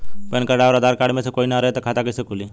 Pan card आउर Aadhaar card मे से कोई ना रहे त खाता कैसे खुली?